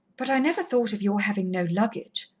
but i never thought of your having no luggage.